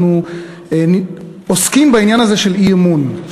אנחנו עוסקים בעניין הזה של אי-אמון,